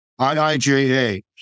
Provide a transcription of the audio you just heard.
IIJA